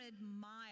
miles